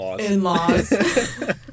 In-laws